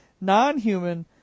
non-human